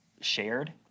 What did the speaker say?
shared